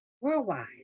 worldwide